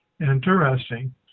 Interesting